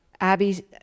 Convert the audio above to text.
Abby